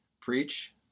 preach